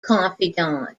confidant